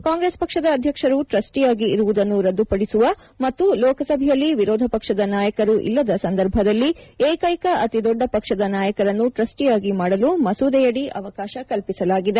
ಕಾಂಗ್ರೆಸ್ ಪಕ್ಷದ ಅಧ್ಯಕ್ಷರು ಟ್ರಸ್ಚಿಯಾಗಿ ಇರುವುದನ್ನು ರದ್ದುಪಡಿಸುವ ಮತ್ತು ಲೋಕಸಭೆಯಲ್ಲಿ ವಿರೋಧಪಕ್ಷದ ನಾಯಕರು ಇಲ್ಲದ ಸಂದರ್ಭದಲ್ಲಿ ಏಕೈಕ ಅತಿ ದೊಡ್ಡ ಪಕ್ಷದ ನಾಯಕರನ್ನು ಟ್ರಸ್ವಿಯಾಗಿ ಮಾಡಲು ಮಸೂದೆಯಡಿ ಅವಕಾಶ ಕಲ್ಲಿ ಸಲಾಗಿದೆ